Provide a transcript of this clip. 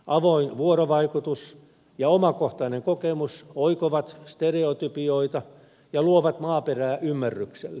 avoin vuorovaikutus ja omakohtainen kokemus oikovat stereotypioita ja luovat maaperää ymmärrykselle